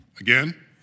Again